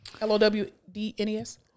L-O-W-D-N-E-S